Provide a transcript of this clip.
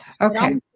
Okay